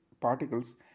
particles